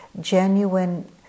genuine